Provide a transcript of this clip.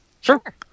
sure